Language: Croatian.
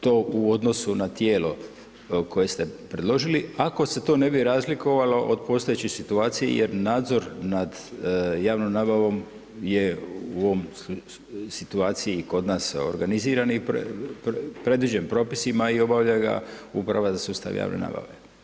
To u odnosu na tijelo koje ste predložili, ako se to ne bi razlikovalo od postojeće situacije jer nadzor nad javnom nabavom je u ovoj situaciji kod nas organizirani predviđen propisima i obavlja ga Uprava za sustav javne nabave.